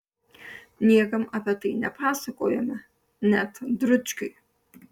niekam apie tai nepasakojome net dručkiui